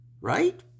right